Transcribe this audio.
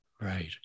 Right